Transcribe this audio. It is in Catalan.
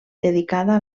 dedicada